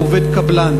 הוא עובד קבלן.